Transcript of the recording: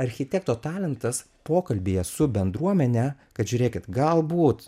architekto talentas pokalbyje su bendruomene kad žiūrėkit galbūt